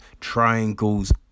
triangles